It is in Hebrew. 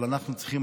אבל אנחנו צריכים,